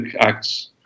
acts